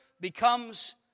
becomes